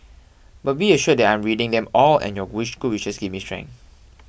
but be assured that I'm reading them all and your wish good wishes give me strength